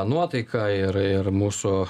nuotaiką ir ir mūsų